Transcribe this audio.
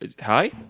Hi